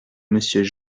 monsieur